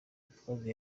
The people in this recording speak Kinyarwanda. gitwaza